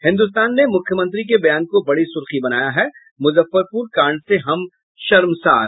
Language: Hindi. हिन्दुस्तान ने मुख्यमंत्री के बयान को बड़ी सुर्खी बनाया है मुजफ्फरपुर कांड से हम शर्मशार